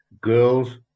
Girls